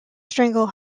strangle